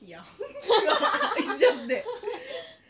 ya instead of that